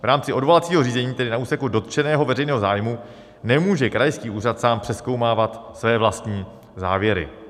V rámci odvolacího řízení tedy na úseku dotčeného veřejného zájmu nemůže krajský úřad sám přezkoumávat své vlastní závěry.